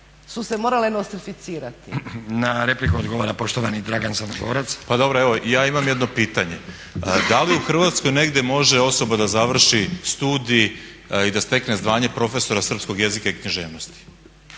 su se morale nostrificirati. **Stazić, Nenad (SDP)** Na repliku odgovara poštovani Dragan Crnogorac. **Crnogorac, Dragan (SDSS)** Pa dobro ja imam jedno pitanje. Da li u Hrvatskoj negdje može osoba da završi studij i da stekne zvanje profesora srpskog jezika i književnosti?